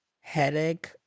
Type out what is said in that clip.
headache